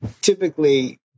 typically